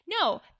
No